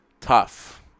Tough